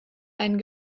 einen